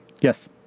Yes